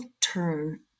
turn